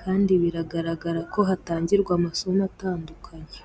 kandi biragaragara ko hatangirwa amasomo atandukanye.